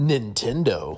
Nintendo